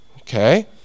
okay